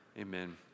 amen